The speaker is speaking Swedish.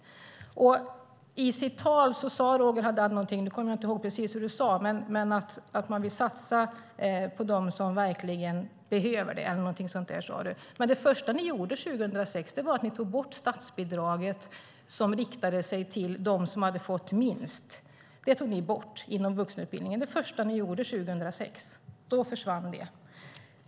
I sitt anförande talade Roger Haddad om att man vill satsa på dem som verkligen behöver det, eller något liknande. Men det första som ni gjorde 2006 var att ni tog bort det statsbidrag som riktade sig till dem som hade fått minst inom vuxenutbildningen. Då försvann det.